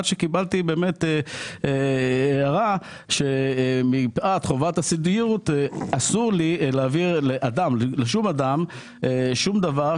עד שקיבלתי הערה שמפאת חובת הסודיות אסור לי להעביר לשום אדם שום פרט,